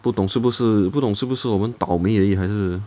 不懂是不是不懂是不是我们倒霉而已还是